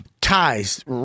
ties